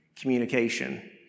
Communication